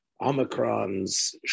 Omicron's